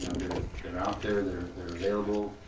they're they're out there they're they're available